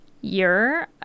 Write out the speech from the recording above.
year